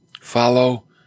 Follow